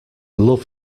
love